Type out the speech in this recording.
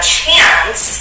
chance